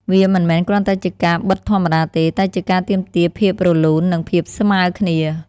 វាមិនមែនគ្រាន់តែជាការបិតធម្មតាទេ តែជាការទាមទារភាពរលូន និងភាពស្មើគ្នា។